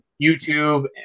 YouTube